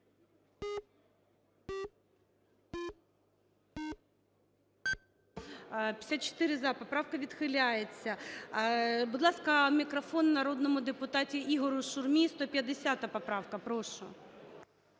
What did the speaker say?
За-54 Поправка відхиляється. Будь ласка, мікрофон народному депутату Ігорю Шурмі. 150-а поправка. Прошу.